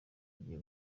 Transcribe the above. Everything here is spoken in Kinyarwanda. igiye